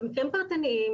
במקרים פרטניים,